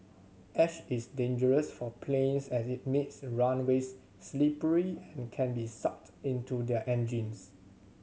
ash is dangerous for planes as it makes runaways slippery and can be sucked into their engines